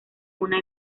una